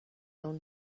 own